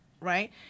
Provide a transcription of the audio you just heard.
Right